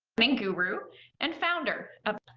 i mean guru and founder.